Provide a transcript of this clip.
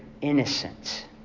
innocent